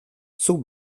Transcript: zuk